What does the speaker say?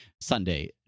Sunday